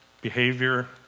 behavior